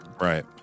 Right